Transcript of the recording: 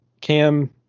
Cam